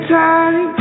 time